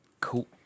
cool